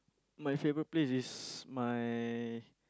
my favourite place is my